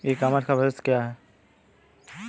ई commerce का भविष्य क्या है?